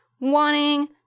Wanting